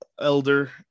elder